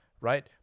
right